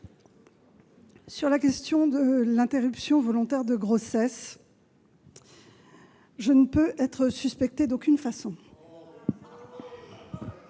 sur la question de l'interruption volontaire de grossesse, ou IVG, je ne peux être suspectée d'aucune façon.